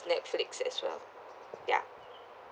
Netflix as well ya